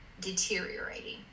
deteriorating